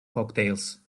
cocktails